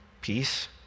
peace